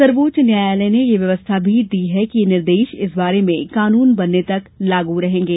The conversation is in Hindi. सर्वोच्च न्यायालय ने यह व्यवस्था भी दी कि ये निर्देश इस बारे में कानून बनने तक लागू रहेगे